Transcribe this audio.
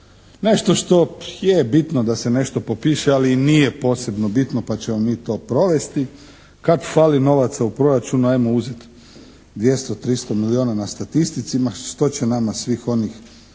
nešto što je bitno da se nešto popiše, ali i nije posebno bitno pa ćemo mi to provesti. Kad fali novaca u proračunu ajmo uzeti 200, 300 milijuna na statistici, ma što će nama svih onih